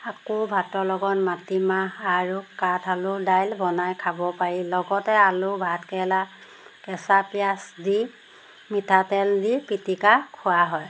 আকৌ ভাতৰ লগত মাটিমাহ আৰু কাঠ আলু দাইল বনাই খাব পাৰি লগতে আলু ভাত কেৰেলা কেঁচা পিঁয়াজ দি মিঠাতেল দি পিটিকা খোৱা হয়